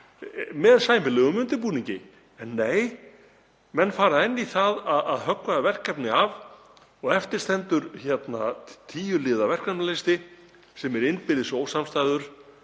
með sæmilegum undirbúningi. En nei, menn fara enn í það að höggva verkefni af og eftir stendur tíu liða verkefnalisti sem er innbyrðis ósamstæður